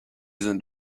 sind